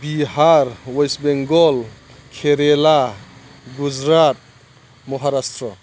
Bihar west Bengal Kerala Gujarat Maharashtra